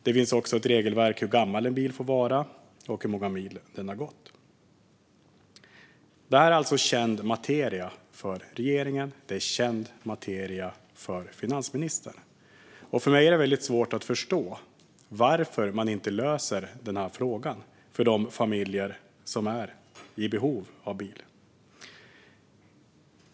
Det finns också ett regelverk för hur gammal en bil får vara och hur många mil den får ha gått. Allt detta är känd materia för regeringen och finansministern. För mig är det svårt att förstå varför man inte löser frågan för de familjer som är i behov av bil.